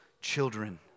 children